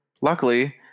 Luckily